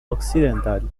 occidental